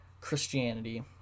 Christianity